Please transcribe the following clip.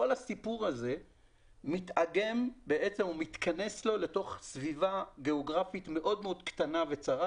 כל הסיפור הזה מתאגם ומתכנס לתוך סביבה גיאוגרפית מאוד מאוד קטנה וצרה,